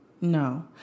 No